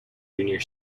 junior